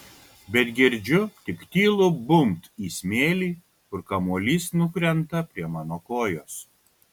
bet girdžiu tik tylų bumbt į smėlį kur kamuolys nukrenta prie mano kojos